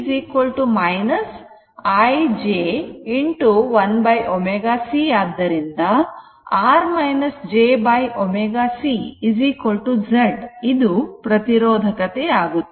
VC I j 1 ω c ಆದುದರಿಂದ R j ω cZ ಇದು ಪ್ರತಿರೋಧಕತೆ ಆಗುತ್ತದೆ